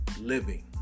living